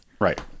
Right